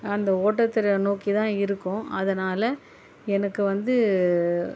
அந்த ஓட்டத்தை நோக்கி தான் இருக்கும் அதனால் எனக்கு வந்து